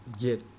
get